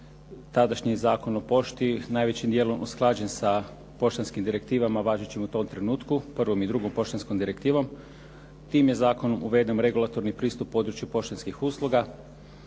tadašnji Zakon o pošti najvećim dijelom usklađen sa poštanskim direktivama važećim u tom trenutku, prvom i drugom poštanskom direktivom. Tim je zakonom uveden regulatorni pristup području poštanskih usluga.